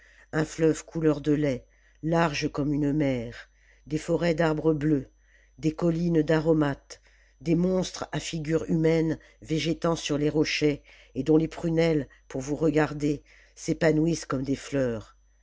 un fleuve couleur de lait large comme une mer des forêts d'arbres bleus des collines d'aromates des monstres à figure humame végétant sur les rochers et dont les prunelles pour vous regarder s'épanouissent comme des fleurs